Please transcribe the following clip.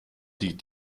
die